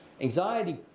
Anxiety